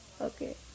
okay